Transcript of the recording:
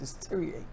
deteriorate